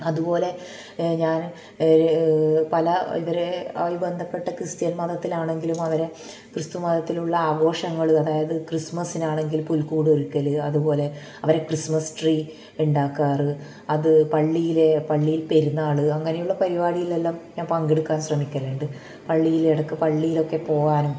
അതുപോലെ ഞാൻ പല ഇവരെ ആയി ബന്ധപ്പെട്ട് ക്രിസ്ത്യൻ മതത്തിലാണെങ്കിലും അവരെ ക്രിസ്തു മതത്തിലുള്ള ആഘോഷങ്ങൾ അതായത് ക്രിസ്മസിനാണെങ്കിൽ പുൽക്കൂടൊരുക്കൽ അതുപോലെ അവരെ ക്രിസ്മസ് ട്രീ ഉണ്ടാക്കാറ് അത് പള്ളിയിലെ പള്ളിയിൽ പെരുന്നാള് അങ്ങനെയുള്ള പരിപാടിയിലെല്ലാം ഞാൻ പങ്കെടുക്കാൻ ശ്രമിക്കലുണ്ട് പള്ളിയിലെടക്ക് പള്ളിയിലൊക്കെ പോകാനും